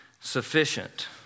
Sufficient